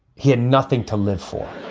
he had nothing to live for